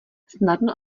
snadno